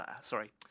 Sorry